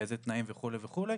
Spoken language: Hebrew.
באיזה תנאים וכו' וכו',